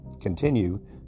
continue